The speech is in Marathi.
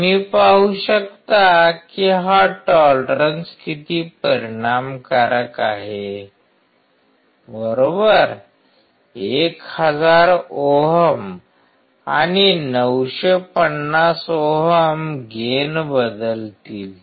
तुम्ही पाहू शकता कि हा टॉलरन्स किती परिणामकारक आहे बरोबर 1 हजार ओहम आणि 950 ओहम गेन बदलतील